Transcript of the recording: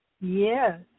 Yes